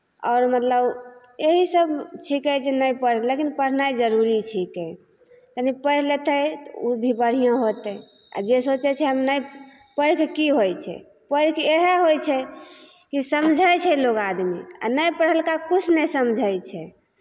आओर मतलब एहि सब छिकै जे नहि पढ़ लेकिन पढ़नाइ जरूरी छिकै तनी पढ़ि लेतै तऽ ओ भी बढ़िऑं होत्तै आ जे सोचै छै हम नहि पढ़ि कऽ की होइ छै पढ़ि कऽ इएह होइ छै कि समझै छै लोग आदमी आ नहि पढ़लका किछु नहि समझै छै